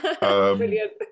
Brilliant